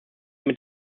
mit